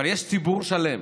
אבל יש ציבור שלם,